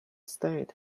stayed